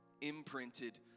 imprinted